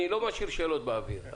אני לא משאיר שאלות באוויר,